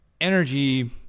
energy